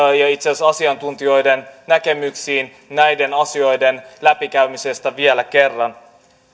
ja itse asiassa asiantuntijoiden näkemyksiin näiden asioiden läpikäymisestä vielä kerran